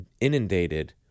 inundated